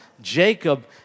Jacob